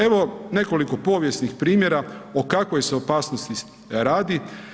Evo nekoliko povijesnih primjera o kakvoj se opasnosti radi.